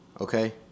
okay